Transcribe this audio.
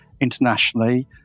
internationally